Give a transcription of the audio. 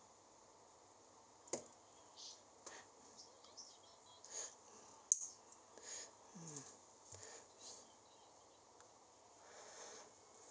mm